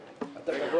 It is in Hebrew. המדינה,